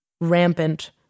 Rampant